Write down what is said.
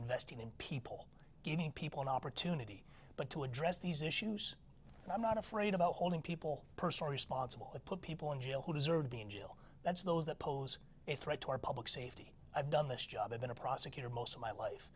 investing in people giving people an opportunity but to address these issues and i'm not afraid about holding people personally responsible that put people in jail who deserve to be in jail that's those that pose a threat to our public safety i've done this to i've been a prosecutor most of my life